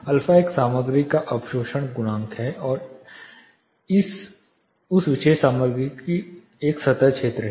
α एक सामग्री का अवशोषण गुणांक है और एस उस विशेष सामग्री का एक सतह क्षेत्र है